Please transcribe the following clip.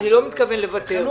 לוותר,